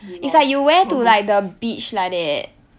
loafers